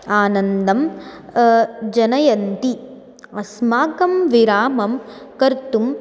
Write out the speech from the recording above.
आनन्दं जनयन्ति अस्माकं विरामं कर्तुं